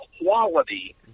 quality